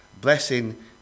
blessing